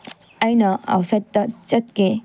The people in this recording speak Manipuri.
ꯑꯩꯅ ꯑꯥꯎꯠꯁꯥꯏꯠꯇ ꯆꯠꯀꯦ